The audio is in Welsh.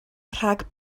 rhag